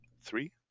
Three